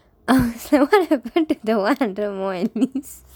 I was like what happened to the one hundred more at least